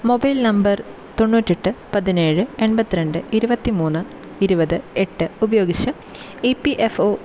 mobile number തൊണ്ണൂറ്റെട്ട് പതിനേഴ് എൺപത്തിരണ്ട് ഇരുപത്തി മൂന്ന് ഇരുപത് എട്ട് ഉപയോഗിച്ച് ഇ പി എഫ് ഒ